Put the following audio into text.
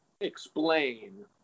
explain